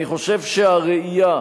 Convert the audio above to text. אני חושב שהראייה